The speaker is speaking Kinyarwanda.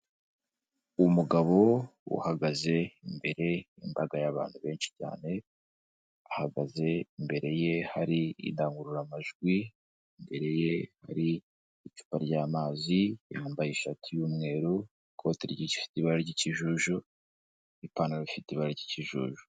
Umugabo uhagaze imbere y'imbaga y'abantu benshi cyane, ahagaze imbere ye hari indangururamajwi, imbere ye hari icupa ry'amazi, yambaye ishati y'umweru, ikoti rifite ibara ry'ikijuju n'ipantaro ifite ibara ry'ikijuju.